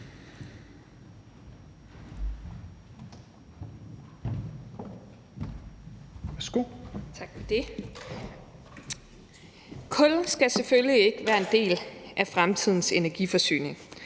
Kul skal selvfølgelig ikke være en del af fremtidens energiforsyning.